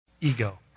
ego